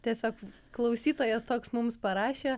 tiesiog klausytojas toks mums parašė